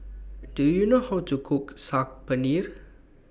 Do YOU know How to Cook Saag Paneer